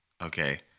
okay